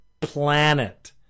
planet